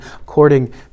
according